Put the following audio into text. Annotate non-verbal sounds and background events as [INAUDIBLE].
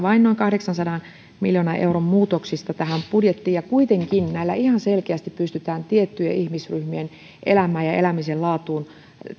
[UNINTELLIGIBLE] vain noin kahdeksansadan miljoonan euron muutoksista budjettiin ja kuitenkin näillä ihan selkeästi pystytään tiettyjen ihmisryhmien elämään ja elämisen laatuun